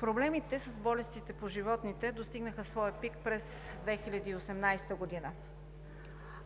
проблемите с болестите по животните достигнаха своя пик през 2018 г.